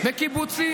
אתה לא מתבייש?